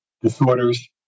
disorders